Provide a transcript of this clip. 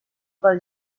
pel